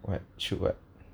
what should what